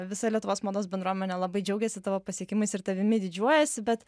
visa lietuvos mados bendruomenė labai džiaugiasi tavo pasiekimais ir tavimi didžiuojasi bet